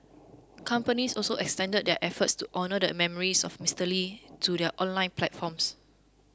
companies also extended their efforts to honour the memories of Mister Lee to their online platforms